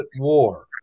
war